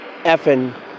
effing